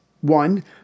One